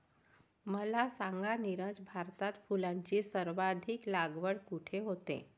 मला सांगा नीरज, भारतात फुलांची सर्वाधिक लागवड कुठे होते?